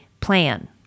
plan